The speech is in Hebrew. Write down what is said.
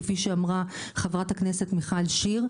כמו שאמרה חברת הכנסת מיכל שיר,